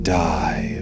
die